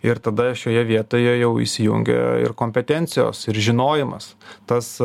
ir tada šioje vietoje jau įsijungia ir kompetencijos ir žinojimas tas